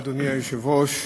אדוני היושב-ראש,